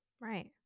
Right